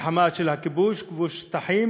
מלחמה של כיבוש, כיבוש שטחים.